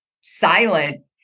silent